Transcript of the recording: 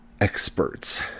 experts